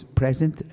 present